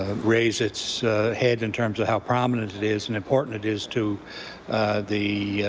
ah raise its head in terms of how prominent it is and important it is to the